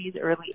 early